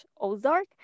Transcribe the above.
Ozark